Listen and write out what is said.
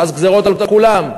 ואז גזירות על כולם.